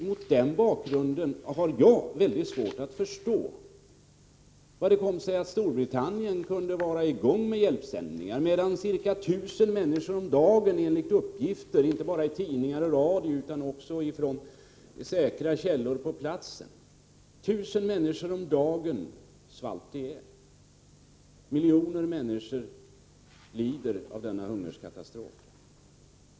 Mot denna bakgrund har jag mycket svårt att förstå hur det kommer sig att Storbritannien långt tidigare var i gång med hjälpsändningar medan Sverige avvaktade och upp till ca 1 000 människor om dagen svalt ihjäl. Detta enligt uppgifter inte bara i tidningar och radio utan också från säkra källor på platsen. Miljoner människor lider av denna hungerkatastrof.